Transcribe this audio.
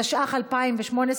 התשע"ח 2018,